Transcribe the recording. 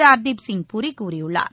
ஹர்தீப் சிங் பூரி கூறியுள்ளார்